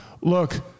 look